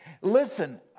listen